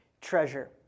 treasure